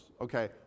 okay